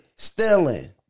stealing